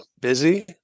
busy